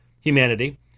humanity